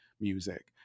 music